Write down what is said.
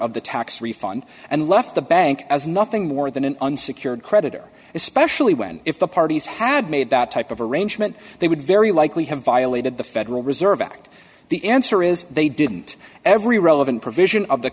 of the tax refund and left the bank as nothing more than an unsecured creditor especially when if the parties had made that type of arrangement they would very likely have violated the federal reserve act the answer is they didn't every relevant provision of the